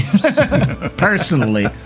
personally